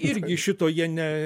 irgi šito jie ne